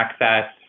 access